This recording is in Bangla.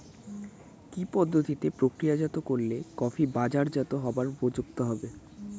কি পদ্ধতিতে প্রক্রিয়াজাত করলে কফি বাজারজাত হবার উপযুক্ত হবে?